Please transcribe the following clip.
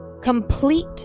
complete